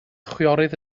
chwiorydd